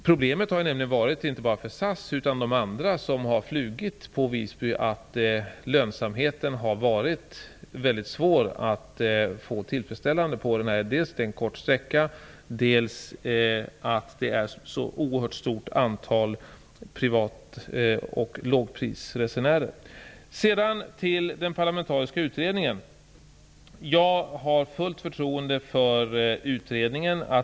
Problemet har nämligen varit, inte bara för SAS utan också för andra som har flugit på Visby, att det har varit svårt att få en tillfredsställande lönsamhet. Dels är det en kort sträcka, dels är antalet privatoch lågprisresenärer oerhört stort. Jag har fullt förtroende för den parlamentariska utredningen.